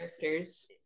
characters